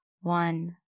one